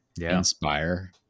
inspire